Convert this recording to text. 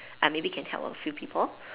I maybe can help a few people